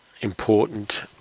important